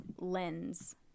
lens